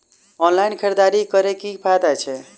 Online खरीददारी करै केँ की फायदा छै?